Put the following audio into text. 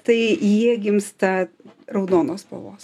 tai jie gimsta raudonos spalvos